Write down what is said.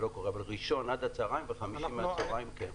אבל ראשון עד הצוהריים וחמישי מהצוהריים, כן.